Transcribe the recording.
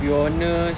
to be honest